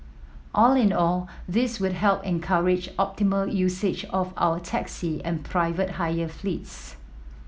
all in all this would help encourage optimal usage of our taxi and private hire fleets